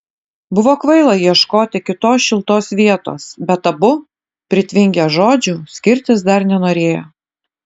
buvo kvaila ieškoti kitos šiltos vietos bet abu pritvinkę žodžių skirtis dar nenorėjo